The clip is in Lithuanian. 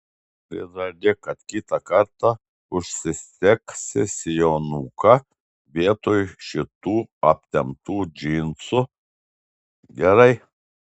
prižadėk kad kitą kartą užsisegsi sijonuką vietoj šitų aptemptų džinsų gerai